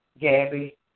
Gabby